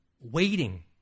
Waiting